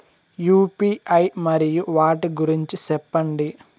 UPI మరియు వాటి గురించి సెప్పండి?